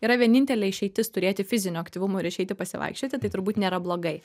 yra vienintelė išeitis turėti fizinio aktyvumo ir išeiti pasivaikščioti tai turbūt nėra blogai